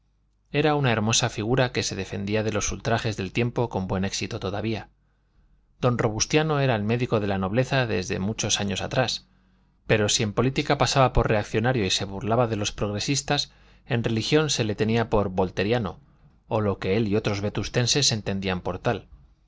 era una hermosa figura que se defendía de los ultrajes del tiempo con buen éxito todavía don robustiano era el médico de la nobleza desde muchos años atrás pero si en política pasaba por reaccionario y se burlaba de los progresistas en religión se le tenía por volteriano o lo que él y otros vetustenses entendían por tal